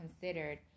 considered